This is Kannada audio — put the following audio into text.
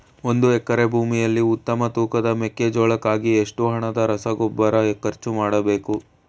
ಒಂದು ಎಕರೆ ಭೂಮಿಯಲ್ಲಿ ಉತ್ತಮ ತೂಕದ ಮೆಕ್ಕೆಜೋಳಕ್ಕಾಗಿ ಎಷ್ಟು ಹಣದ ರಸಗೊಬ್ಬರ ಖರ್ಚು ಮಾಡಬೇಕು?